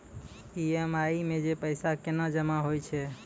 EMI मे जे पैसा केना जमा होय छै?